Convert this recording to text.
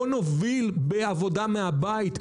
בואו נוביל בעבודה מהבית,